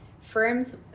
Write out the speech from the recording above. firms